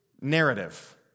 narrative